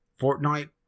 Fortnite